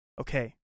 Okay